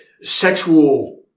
sexual